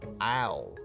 owl